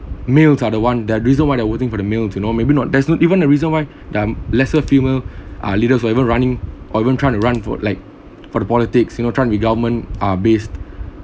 males are the one that's reason why I voting for the males you know maybe not there's not even the reason why there're lesser female uh leaders whoever running or even trying to run for like for the politics you know trying be government uh based